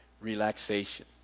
relaxation